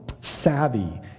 savvy